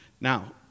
Now